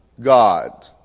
God